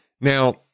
Now